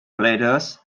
gliders